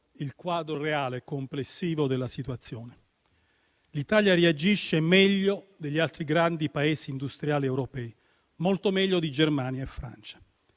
il quadro reale e complessivo della situazione. L'Italia reagisce meglio degli altri grandi Paesi industriali europei, molto meglio di Germania e Francia.